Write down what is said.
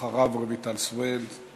אחריו, רויטל סויד,